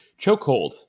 Chokehold